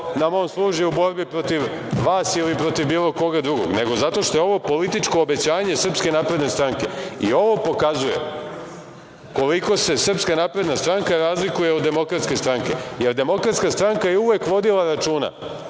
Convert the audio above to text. nam on služi u borbi protiv vas ili protiv bilo koga drugog, nego zato što je ovo političko obećanje Srpske napredne stranke. Ovo pokazuje koliko se Srpska napredna stranka razliku od Demokratske stranke, jer Demokratska stranka je uvek vodila računa